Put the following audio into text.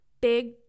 big